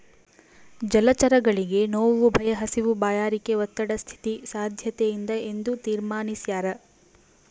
ಜಲಚರಗಳಿಗೆ ನೋವು ಭಯ ಹಸಿವು ಬಾಯಾರಿಕೆ ಒತ್ತಡ ಸ್ಥಿತಿ ಸಾದ್ಯತೆಯಿಂದ ಎಂದು ತೀರ್ಮಾನಿಸ್ಯಾರ